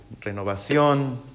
Renovación